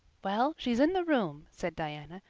well, she's in the room, said diana.